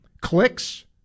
clicks